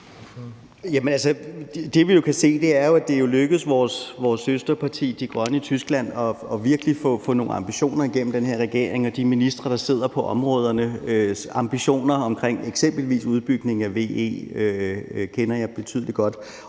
Det, vi jo kan se, er, at det er lykkedes vores søsterparti i Tyskland, De Grønne, virkelig at få nogle ambitioner igennem i den regering, og de ministre, der sidder på områderne, har ambitioner omkring eksempelvis udbygning af VE. Det kender jeg betydelig godt.